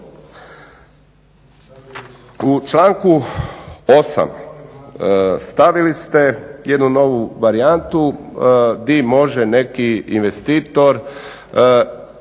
U članku 8. stavili ste jednu novu varijantu gdje može neki investitor